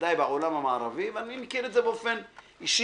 בוודאי בעולם המערבי - אני מכיר את זה באופן אישי.